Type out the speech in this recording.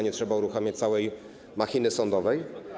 Nie trzeba uruchamiać całej machiny sądowej.